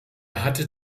hatte